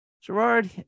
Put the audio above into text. Gerard